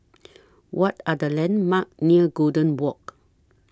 What Are The landmarks near Golden Walk